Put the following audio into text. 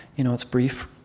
you know it's brief,